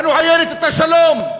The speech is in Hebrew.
העוינת את השלום.